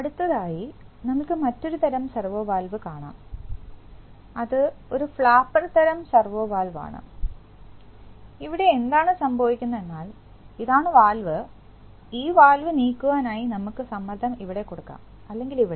അടുത്തതായി നമ്മൾക്ക് മറ്റൊരു തരം സെർവോ വാൽവ് കാണാം അത് ഒരു ഫ്ലാപ്പർ തരം സെർവോ വാൽവാണ് ഇവിടെ എന്താണ് സംഭവിക്കുന്നത് എന്നാൽ ഇതാണ് വാൽവ് ഈ വാൽവ് നീക്കുവാൻ ആയി നമുക്ക് സമ്മർദ്ദം ഇവിടെ കൊടുക്കാം അല്ലെങ്കിൽ ഇവിടെ